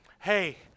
hey